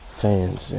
fans